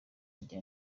rya